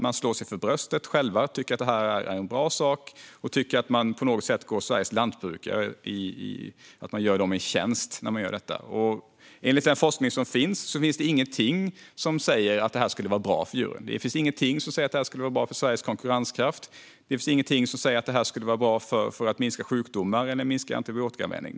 De slår sig för bröstet, tycker att det är en bra sak och att man på något sätt gör Sveriges lantbrukare en tjänst. Enligt forskningen finns det ingenting som säger att det skulle vara bra för djuren. Det finns ingenting som säger att det skulle vara bra för Sveriges konkurrenskraft. Det finns ingenting som säger att det skulle vara bra för att minska sjukdomar eller antibiotikaanvändning.